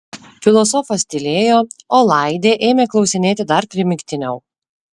filosofas tylėjo o laidė ėmė klausinėti dar primygtiniau